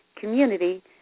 community